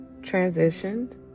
transitioned